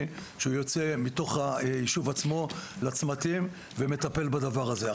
שיוצא מתוך היישוב עצמו לצמתים ומטפל בדבר הזה.